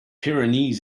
pyrenees